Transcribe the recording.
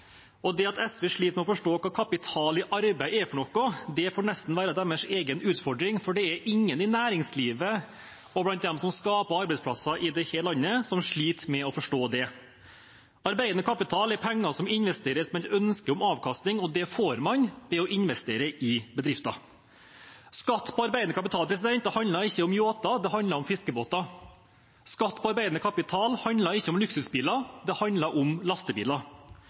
Og det at SV sliter med å forstå hva kapital i arbeid er, får nesten være deres egen utfordring, for det er ingen i næringslivet og blant dem som skaper arbeidsplasser i dette landet, som sliter med å forstå det. Arbeidende kapital er penger som investeres med et ønske om avkastning, og det får man ved å investere i bedrifter. Skatt på arbeidende kapital handler ikke om yachter; det handler om fiskebåter. Skatt på arbeidende kapital handler ikke om luksusbiler; det handler om lastebiler.